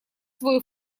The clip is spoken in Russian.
свой